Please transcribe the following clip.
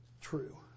true